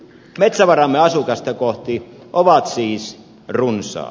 metsävaramme asukasta kohti ovat siis runsaat